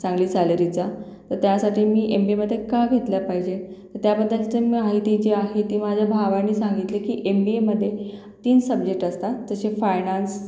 चांगली सॅलरीचा तर त्यासाठी मी एमबीएमध्ये का घेतल्या पाहिजे तर त्याबद्दलचं महिती जी आहे ते माझ्या भावाने सांगितली की एमबीएमध्ये तीन सब्जेक्ट असतात जसे फायणान्स